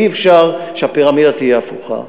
אי-אפשר שהפירמידה תהיה הפוכה,